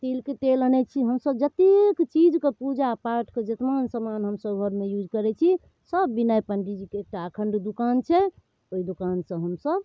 तिलके तेल आनै छी हमसभ जतेक चीजके पूजापाठके जतना समान हमसभ घरमे यूज करै छी सब बिनय पण्डीजीके एकटा अखण्ड दोकान छै ओहि दोकानसँ हमसभ